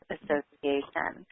Association